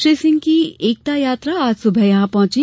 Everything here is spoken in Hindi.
श्री सिंह की एकता यात्रा आज सुबह यहां पहुंची